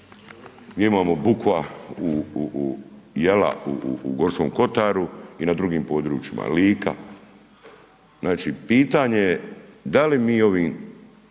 imamo bukva u, u, u, jela u, u, u Gorskom kotaru i na drugim područjima, Lika, znači pitanje je da li mi ovim